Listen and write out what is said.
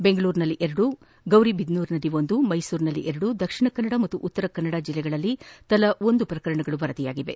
ಬೆಂಗಳೂರಿನಲ್ಲಿ ಎರಡು ಹಾಗೂ ಗೌರಿಬಿದನೂರಿನಲ್ಲಿ ಒಂದು ಮೈಸೂರಿನಲ್ಲಿ ಎರಡು ದಕ್ಷಿಣ ಕನ್ನಡ ಹಾಗೂ ಉತ್ತರ ಕನ್ನಡ ಜಿಲ್ಲೆಯಲ್ಲಿ ತಲಾ ಒಂದು ಪ್ರಕರಣಗಳು ವರದಿಯಾಗಿವೆ